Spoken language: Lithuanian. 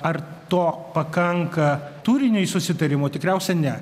ar to pakanka turiniui susitarimo tikriausia ne